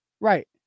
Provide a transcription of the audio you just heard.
Right